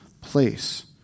place